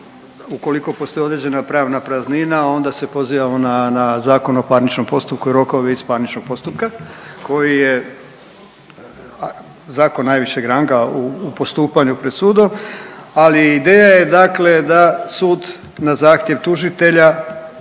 ukoliko postoji određena pravna praznina onda se pozivamo na, na Zakon o parničnom postupku, rokove iz parničnog postupka koji je zakon najvišeg ranga u postupanju pred sudom, ali ideja je dakle da sud na zahtjev tužitelja